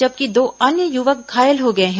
जबकि दो अन्य युवक घायल हो गए हैं